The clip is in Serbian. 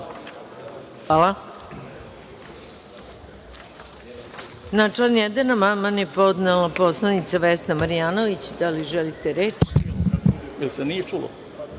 Hvala